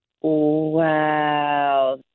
Wow